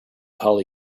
holly